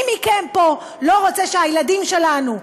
מי מכם פה לא רוצה שהילדים שלנו,